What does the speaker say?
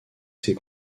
ses